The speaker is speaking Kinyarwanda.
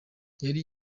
yari